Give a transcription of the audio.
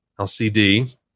LCD